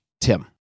Tim